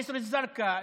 ג'יסר א-זרקא,